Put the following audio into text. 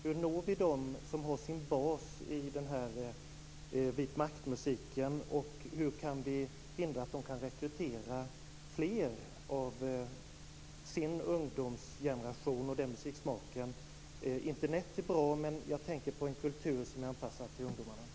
Hur når vi dem som har sin bas i Vit makt-musiken? Hur kan vi hindra att de rekryterar fler av sin ungdoms generation som har den musiksmaken? Internet är bra, men jag tänker på en kultur som är anpassad till ungdomarna.